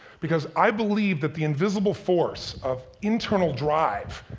because i believe that the invisible force of internal drive,